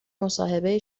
مصاحبه